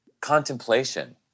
contemplation